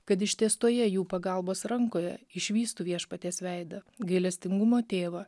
kad ištiestoje jų pagalbos rankoje išvystų viešpaties veidą gailestingumo tėvą